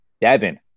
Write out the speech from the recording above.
Devin